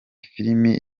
filimi